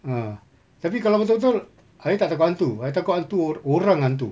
ah tapi kalau betul betul ayah tak takut hantu ayah takut hantu ora~ orang hantu